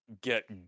get